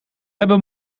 hebben